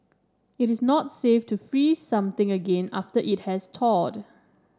it is not safe to freeze something again after it has thawed